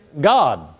God